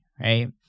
right